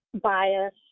bias